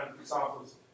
examples